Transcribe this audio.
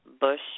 bush